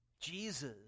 Jesus